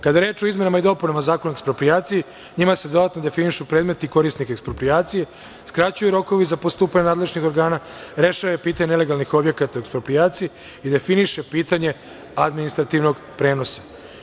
Kada je reč o izmenama i dopunama Zakona o eksproprijaciji njima se dodatno definišu predmeti korisnika eksproprijacije, skraćuju rokovi za postupanje nadležnih organa, rešava pitanje nelegalnih objekata u eksproprijaciji i definiše pitanje administrativnog prenosa.